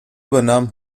übernahm